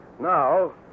now